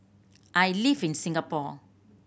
I live in Singapore